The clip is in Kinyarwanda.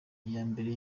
iyambere